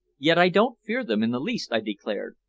yet i don't fear them in the least, i declared.